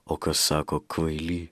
o kas sako kvaily